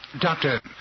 Doctor